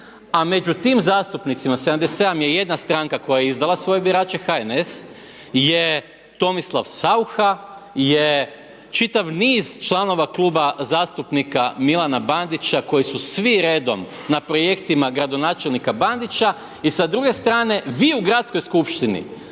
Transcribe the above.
a među tim zastupnicima 77 je jedna stranka koja izdala svoje birače HNS, je Tomislav Saucha, je čitav niz članova Kluba zastupnika Milana Bandića koji su svi redom na projektima gradonačelnika Bandića i sa druge strane vi u Gradskoj skupštini